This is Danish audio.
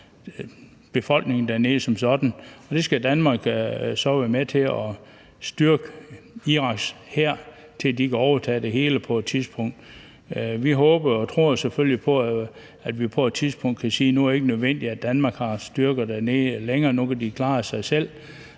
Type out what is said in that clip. befolkningen dernede som sådan. Der skal Danmark så være med til at styrke Iraks hær, så de kan overtage det hele på et tidspunkt. Vi håber og tror selvfølgelig på, at vi på et tidspunkt kan sige, at nu er det ikke nødvendigt, at Danmark har styrker dernede længere, og at nu kan de klare sig selv.